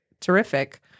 terrific